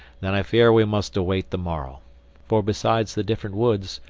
then i fear we must await the morrow for besides the different woods,